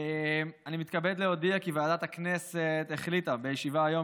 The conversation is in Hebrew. אני מתכבד להודיע כי ועדת הכנסת החליטה בישיבה היום